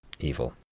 Evil